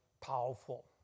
powerful